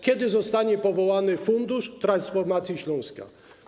Kiedy zostanie powołany Fundusz Transformacji Śląska?